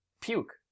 puke